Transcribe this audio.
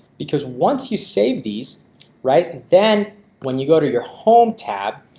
because once you save these right then when you go to your home tab,